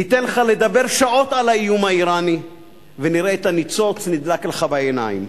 ניתן לך לדבר שעות על האיום האירני ונראה את הניצוץ נדלק לך בעיניים.